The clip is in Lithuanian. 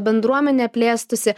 bendruomenė plėstųsi